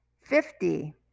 Fifty